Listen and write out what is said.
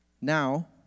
Now